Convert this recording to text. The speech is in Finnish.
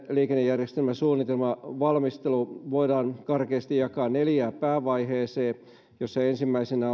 liikennejärjestelmäsuunnitelman valmistelu voidaan karkeasti jakaa neljään päävaiheeseen joista ensimmäisenä